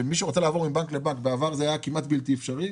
שמי שרוצה לעבור מבנק לבנק בעבר זה היה כמעט בלתי אפשרי.